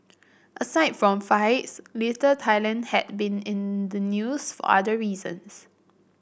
aside from fights Little Thailand had been in the news for other reasons